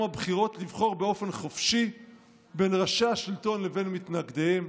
הבחירות לבחור באופן חופשי בין ראשי השלטון לבין מתנגדיהם?